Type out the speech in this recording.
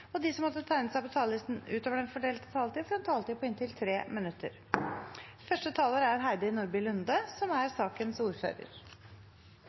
og de som måtte tegne seg på talerlisten utover den fordelte taletid, får også en taletid på inntil 3 minutter. Dette er et representantforslag som